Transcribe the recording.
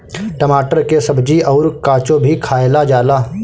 टमाटर के सब्जी अउर काचो भी खाएला जाला